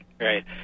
right